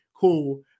cool